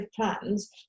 plans